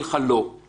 רק אומר באמרת אגב,